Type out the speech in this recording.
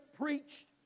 preached